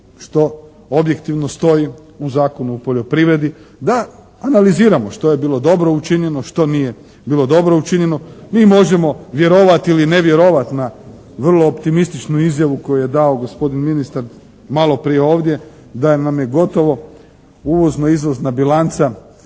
što objektivno stoji u Zakonu o poljoprivredi da analiziramo što je bilo dobro učinjeno, što nije bilo dobro učinjeno. Mi možemo vjerovati ili ne vjerovati na vrlo optimističnu izjavu koju je dao gospodin ministar malo prije ovdje da nam je gotovo uvozno izvozna bilanca